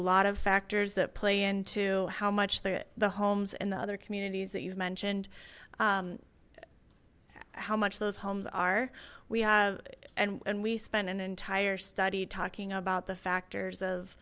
lot of factors that play into how much the the homes and other communities that you've mentioned how much those homes are we have and we spent an entire study talking about the factors of